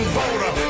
voter